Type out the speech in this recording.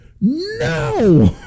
No